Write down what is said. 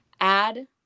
add